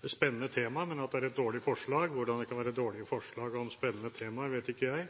det et spennende tema – men et dårlig forslag. Hvordan det kan være dårlige forslag om spennende temaer, vet ikke jeg.